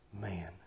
Man